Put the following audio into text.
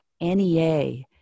NEA